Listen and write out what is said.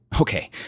Okay